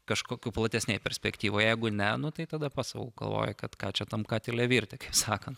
kažkokioj platesnėje perspektyvoje jeigu ne nu tai tada pats sau galvoji kad ką čia tam katile virti kaip sakant